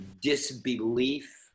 disbelief